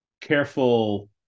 careful